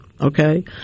okay